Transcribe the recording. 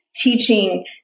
teaching